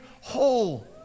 whole